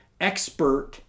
expert